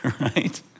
Right